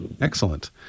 Excellent